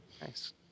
Nice